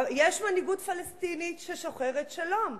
יש מנהיגות פלסטינית ששוחרת שלום,